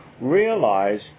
realize